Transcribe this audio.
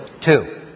Two